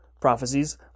prophecies